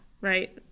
right